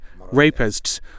rapists